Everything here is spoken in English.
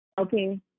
Okay